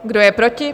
Kdo je proti?